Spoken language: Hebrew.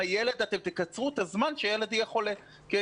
אתם תקצרו את הזמן שהילד יהיה חולה כי יהיה